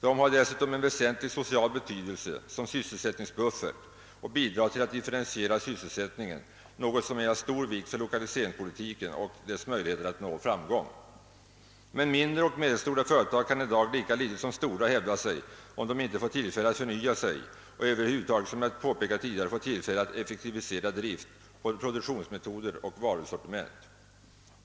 De har dessutom en väsentlig social betydelse som sysselsättningsbuffert och bidrar till att differentiera sysselsättningen, något som är av stor vikt för lokaliseringspolitiken och dess möjligheter att nå framgång. Men mindre och medelstora företag kan i dag lika litet som stora hävda sig om de inte får tillfälle att förnya sig och över huvud taget, som jag påpekat tidigare, får tillfälle att effektivisera drift, produktionsmetoder och varusortiment.